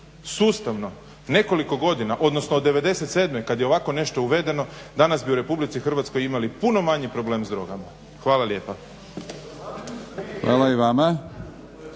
sustavno, nekoliko godina, odnosno od '97. kad je ovako nešto uvedeno danas bi u Republici Hrvatskoj imali puno manji problem s drogama. Hvala lijepa. **Batinić,